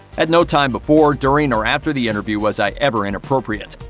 at no time before, during, or after the interview was i ever inappropriate.